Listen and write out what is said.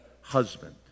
husband